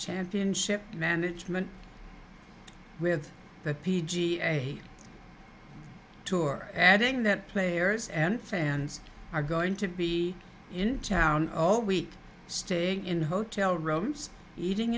championship management with that p g a tour adding that players and fans are going to be in town all week staying in hotel rooms eating